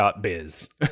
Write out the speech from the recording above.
Biz